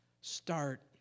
Start